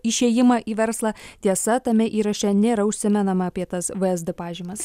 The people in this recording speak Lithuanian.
išėjimą į verslą tiesa tame įraše nėra užsimenama apie tas vsd pažymas